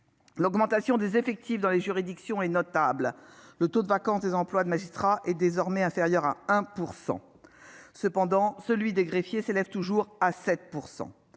L'augmentation des effectifs dans les juridictions est en revanche notable. Le taux de vacance d'emploi des magistrats est désormais inférieur à 1 %. Cependant, celui des greffiers s'élève toujours à 7 %.